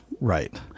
right